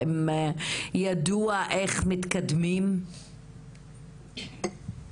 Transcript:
האם ידוע איך מתקדמים נכון לעכשיו?